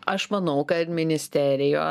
aš manau kad ministerija